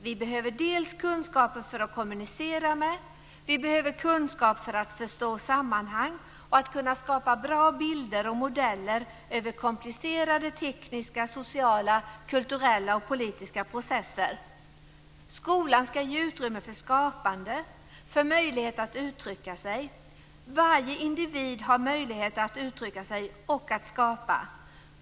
Vi behöver dels kunskaper för att kunna kommunicera, dels kunskaper för att förstå sammanhang och för att kunna skapa bra bilder och modeller över komplicerade tekniska, sociala, kulturella och politiska processer. Skolan ska ge utrymme för möjligheter för skapande, för möjlighet att uttrycka sig. Varje individ har möjligheter att uttrycka sig och att skapa.